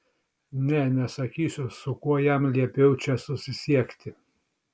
ne nesakysiu su kuo jam liepiau čia susisiekti